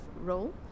role